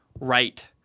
right